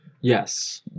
Yes